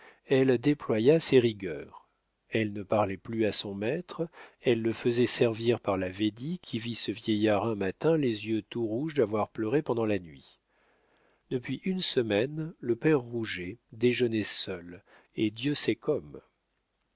elle déploya ses rigueurs elle ne parlait plus à son maître elle le faisait servir par la védie qui vit ce vieillard un matin les yeux tout rouges d'avoir pleuré pendant la nuit depuis une semaine le père rouget déjeunait seul et dieu sait comme